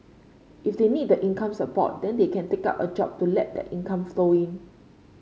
if they need the income support then they can take up a job to let that income flow in